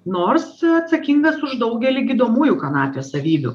nors atsakingas už daugelį gydomųjų kanapės savybių